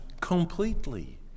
completely